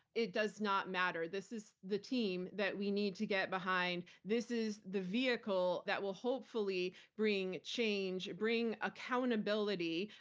it does not matter. this is the team that we need to get behind. this is the vehicle that will hopefully bring change, bring accountability,